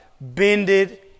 bended